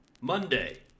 Monday